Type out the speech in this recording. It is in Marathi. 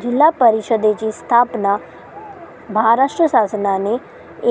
जिल्हा परिषदेची स्थापना माहाराष्ट्र शासनाने